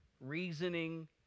reasoning